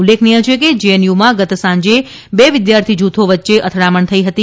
ઉલ્લેખનીય છે કે જેએનયુમાં ગત સાંજે બે વિદ્યાર્થી જૂથો વચ્ચે અથડામણ થઈ હતી